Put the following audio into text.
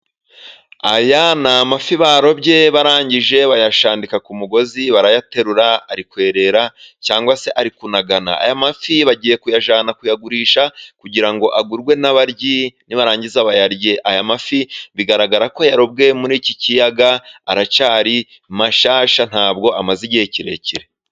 Aya ni amafi barobye barangije barayashandika ku mugozi barayaterura. Ari kwerera cyangwa se ari kunagana. Aya mafi bagiye kuyajyana kuyagurisha kugira ngo agurwe nibarangiza bayarye. Aya mafi bigaragara ko yarobwe muri iki kiyaga, aracyari mashyashya nta bwo amaze igihe kirekire.